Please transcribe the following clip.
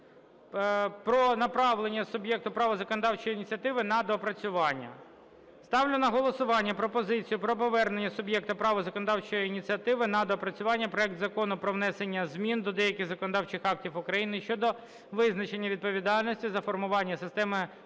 про направлення суб'єкту права законодавчої ініціативи на доопрацювання. Ставлю на голосування пропозицію про повернення суб'єкту права законодавчої ініціативи на доопрацювання проект Закону про внесення змін до деяких законодавчих актів України щодо визначення відповідальності за формування системи